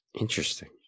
Interesting